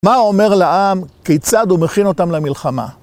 מה הוא אומר לעם, כיצד הוא מכין אותם למלחמה?